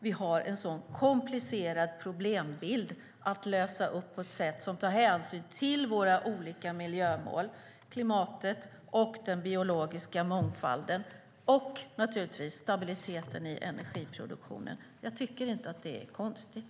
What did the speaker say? Vi har en så komplicerad problembild att lösa på ett sätt som tar hänsyn till våra olika miljömål, klimatet, den biologiska mångfalden och naturligtvis stabiliteten i energiproduktionen. Jag tycker inte att det är konstigt.